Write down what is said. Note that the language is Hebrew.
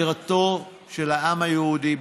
בירתו של העם היהודי,